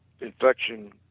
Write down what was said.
infection